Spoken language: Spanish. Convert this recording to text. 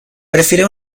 prefiere